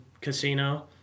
casino